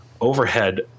overhead